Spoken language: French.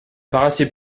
paraissait